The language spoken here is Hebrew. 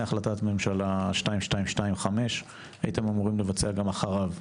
החלטת ממשלה 2225. הייתם אמורים לבצע גם אחריו.